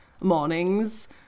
mornings